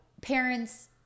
parents